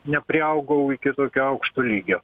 nepriaugau iki tokio aukšto lygio